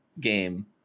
game